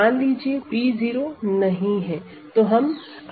मान लीजिए b 0 नहीं है